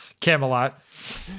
Camelot